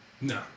No